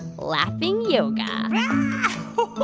laughing yoga oh,